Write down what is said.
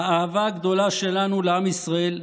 האהבה הגדולה שלנו לעם ישראל,